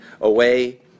away